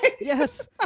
Yes